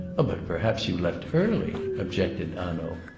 but perhaps you left early, objected hanaud.